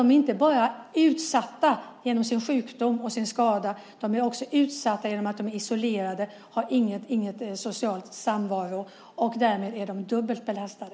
De är inte utsatta bara på grund av sin sjukdom eller skada, de är också utsatta på grund av att de är isolerade och inte har någon social samvaro. Därmed är de dubbelt belastade.